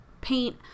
paint